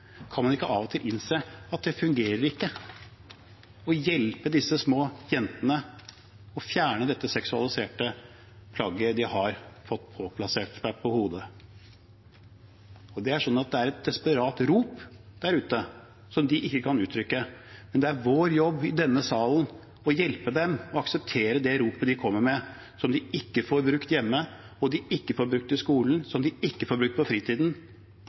Kan man ikke av og til innse at det ikke fungerer, og hjelpe disse små jentene med å fjerne dette seksualiserte plagget de har fått plassert på hodet? Det er et desperat rop der ute, som de ikke kan uttrykke, men det er vår jobb i denne salen å hjelpe dem og akseptere det ropet de kommer med, som de ikke får brukt hjemme, som de ikke får brukt i skolen, og som de ikke får brukt på fritiden.